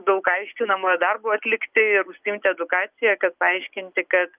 daug aiškinamojo darbo atlikti ir užsiimti edukacija kad paaiškinti kad